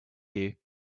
you